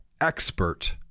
expert